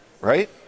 right